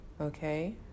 Okay